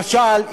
למשל,